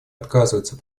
отказывается